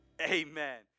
Amen